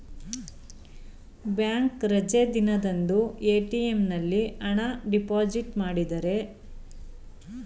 Bank ರಜೆ ದಿನದಂದು ATM ನಲ್ಲಿ ಹಣ ಡಿಪಾಸಿಟ್ ಮಾಡಿದರೆ ಅಂದೇ ಸಹೋದರನ ಖಾತೆಗೆ ಹಣ ಜಮಾ ಆಗಬಹುದೇ?